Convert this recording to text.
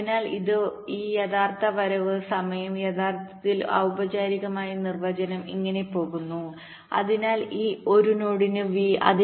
അതിനാൽ ഇത് ഇത് ഈ യഥാർത്ഥ വരവ് സമയം യഥാർത്ഥത്തിൽ ഔ പചാരികമായി നിർവ്വചനം ഇങ്ങനെ പോകുന്നു അതിനാൽ ഒരു നോഡിന് v